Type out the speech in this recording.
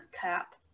cap